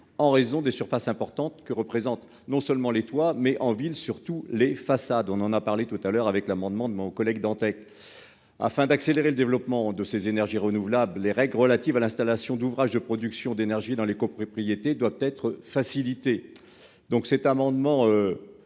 en raison des surfaces importantes que représente non seulement les toits mais en ville, surtout les façades, on en a parlé tout à l'heure avec l'amendement de mon collègue Dantec afin d'accélérer le développement de ces énergies renouvelables, les règles relatives à l'installation d'ouvrages de production d'énergie dans les copropriétés doit être facilitée donc cet amendement